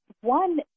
one